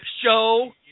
show